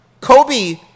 Kobe